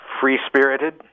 free-spirited